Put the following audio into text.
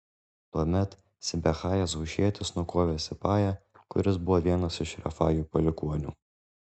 tuomet sibechajas hušietis nukovė sipają kuris buvo vienas iš refajų palikuonių